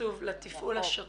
התקצוב לתפעול השוטף.